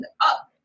up